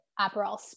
Aperol